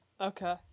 Okay